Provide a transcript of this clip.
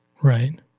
Right